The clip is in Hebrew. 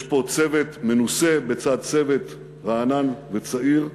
יש פה צוות מנוסה בצד צוות רענן וצעיר,